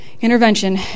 intervention